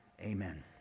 Amen